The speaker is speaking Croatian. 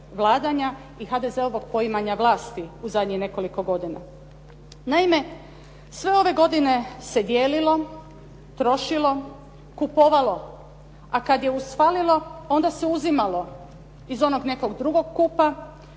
i HDZ-ovog poimanja vlasti u zadnjih nekoliko godina. Naime, sve ove godine se dijelilo, trošilo, kupovalo, a kad je usfalilo onda se uzimalo iz onog nekog drugog kupa,